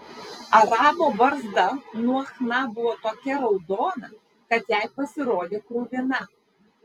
arabo barzda nuo chna buvo tokia raudona kad jai pasirodė kruvina